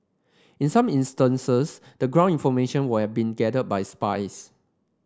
in some instances the ground information would have been gathered by spies